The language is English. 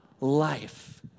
life